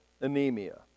anemia